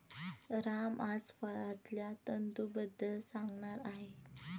राम आज फळांतल्या तंतूंबद्दल सांगणार आहे